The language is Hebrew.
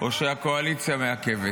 או שהקואליציה מעכבת.